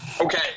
okay